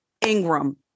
Ingram